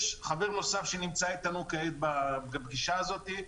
יש חבר נוסף שנמצא אתנו כעת בפגישה הזאת,